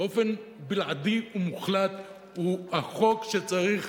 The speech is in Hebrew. באופן בלעדי ומוחלט הוא החוק שצריך